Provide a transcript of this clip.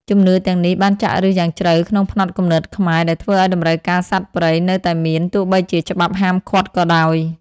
ជំនឿទាំងនេះបានចាក់ឫសយ៉ាងជ្រៅក្នុងផ្នត់គំនិតខ្មែរ ដែលធ្វើឱ្យតម្រូវការសត្វព្រៃនៅតែមាន ទោះបីជាច្បាប់ហាមឃាត់ក៏ដោយ។